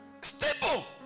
Stable